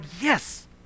yes